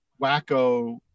wacko